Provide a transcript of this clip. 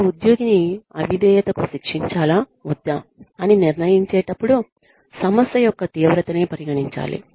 ఒక ఉద్యోగిని అవిధేయతకు శిక్షించాలా వద్దా అని నిర్ణయించేటప్పుడు సమస్య యొక్క తీవ్రతనీ పరిగణించాలి